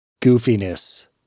goofiness